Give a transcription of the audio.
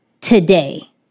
today